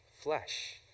flesh